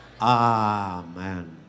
Amen